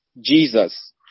Jesus